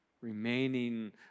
Remaining